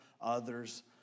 others